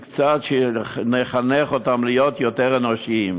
קצת שנחנך אותם להיות יותר אנושיים.